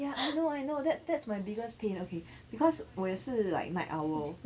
ya I know I know that that's my biggest pain okay because 我也是 like night owl